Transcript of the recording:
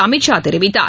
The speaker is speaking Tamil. அமித்ஷா தெரிவித்தார்